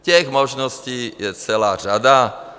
Těch možností je celá řada.